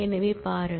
எனவே பாருங்கள்